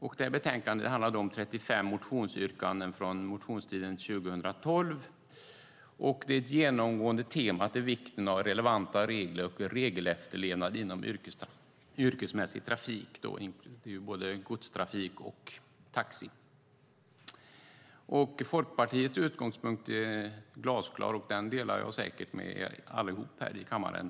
Det här betänkandet handlar om 35 motionsyrkanden från motionstiden 2012. Det genomgående temat är vikten av relevanta regler och regelefterlevnad inom yrkesmässig trafik. Det är både godstrafik och taxi. Folkpartiets utgångspunkt är glasklar, och den delar jag säkert med allihop här i kammaren.